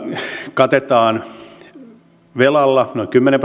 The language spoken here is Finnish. katetaan velalla noin kymmenen